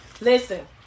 Listen